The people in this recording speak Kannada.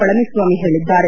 ಪಳನೀಸ್ವಾಮಿ ಹೇಳಿದ್ದಾರೆ